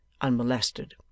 unmolested